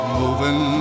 moving